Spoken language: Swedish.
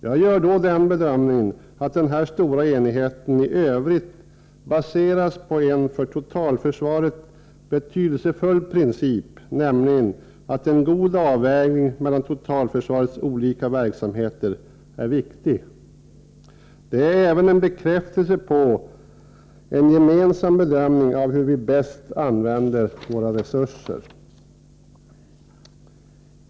Jag gör bedömningen att den stora enigheten i övrigt baseras på en för totalförsvaret betydelsefull princip, nämligen att en god avvägning mellan totalförsvarets olika verksamheter är viktig. Det är även en bekräftelse på en gemensam bedömning av hur vi bäst använder våra resurser.